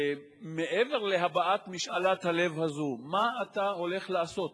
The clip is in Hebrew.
מעבר להבעת משאלת הלב הזאת, מה אתה הולך לעשות